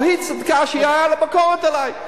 או שהיא צדקה שהיתה לה ביקורת עלי?